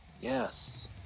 yes